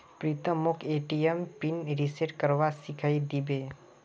प्रीतम मोक ATM pin reset करवा सिखइ दी बे